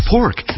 Pork